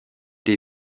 des